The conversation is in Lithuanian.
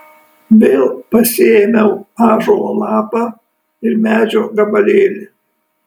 vėl pasiėmiau ąžuolo lapą ir medžio gabalėlį